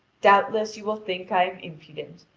doubtless you will think i am impudent,